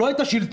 לא את השלטון.